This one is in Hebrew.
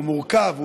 הוא מורכב,